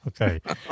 Okay